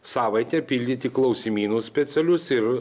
savaitę pildyti klausimynus specialius ir